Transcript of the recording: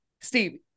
Steve